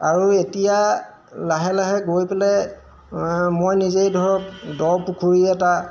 আৰু এতিয়া লাহে লাহে গৈ পেলাই মই নিজেই ধৰক দ পুখুৰী এটা